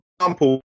example